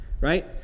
right